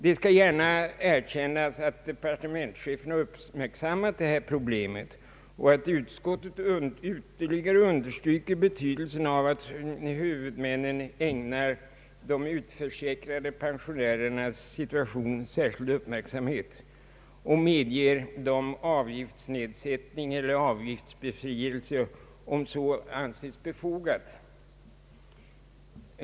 Det skall gärna erkännas att departementschefen har uppmärksammat detta problem och att utskottet ytterligare understryker betydelsen av att huvudmännen ägnar de utförsäkrade pensionärernas situation särskild uppmärksamhet och medger avgiftsnedsättning eller avgiftsbefrielse om så anses befogat.